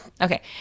Okay